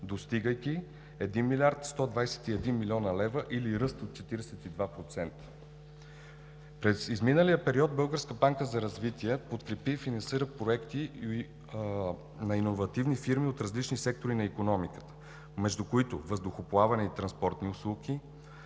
достигайки 1 млрд. 121 млн. лв., или ръст от 42%. През изминалия период Българската банка за развитие подкрепи и финансира проекти на иновативни фирми от различни сектори на икономиката, между които: въздухоплаване и транспортни услуги;